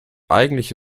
eigentlich